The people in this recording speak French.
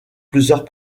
plusieurs